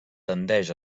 tendeix